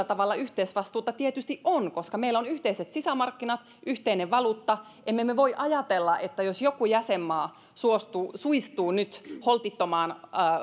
tavalla yhteisvastuuta tietysti on koska meillä on yhteiset sisämarkkinat ja yhteinen valuutta emme me voi ajatella ettei se että jos joku jäsenmaa suistuu nyt holtittomiin